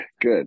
Good